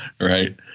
right